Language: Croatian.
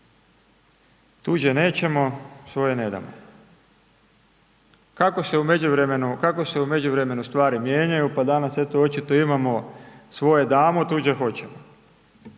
tuđe nećemo svoje nedamo. Kako se u međuvremenu stvari mijenjaju pa danas eto očito imamo, svoje damo, tuđe hoćemo.